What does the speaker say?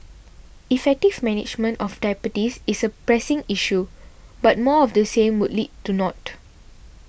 effective management of diabetes is a pressing issue but more of the same would lead to naught